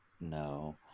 no